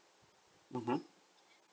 mmhmm